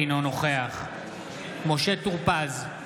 אינו נוכח משה טור פז,